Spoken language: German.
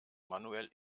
manuel